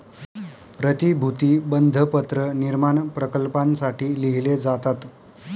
प्रतिभूती बंधपत्र निर्माण प्रकल्पांसाठी लिहिले जातात